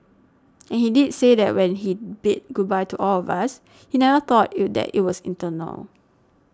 and he did say that when he bid goodbye to all of us he never thought it that it was eternal